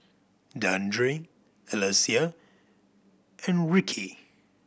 Dandre Alecia and Ricki